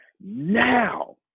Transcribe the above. Now